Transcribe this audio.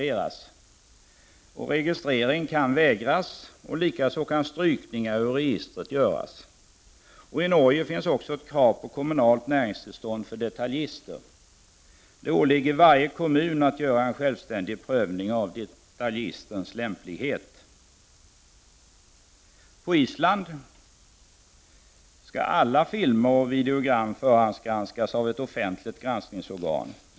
Registrering kan vägras, och likaså kan strykningar ur registret göras. I Norge finns också ett krav på kommunalt näringstillstånd för detaljister. Det åligger varje kommun att göra en självständig prövning av detaljistens lämplighet. På Island skall alla filmer och videogram förhandsgranskas av ett offentligt granskningsorgan.